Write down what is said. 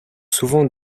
souvent